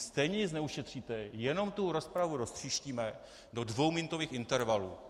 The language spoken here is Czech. Stejně nic neušetříte, jenom tu rozpravu roztříštíme do dvouminutových intervalů.